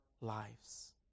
lives